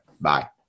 Bye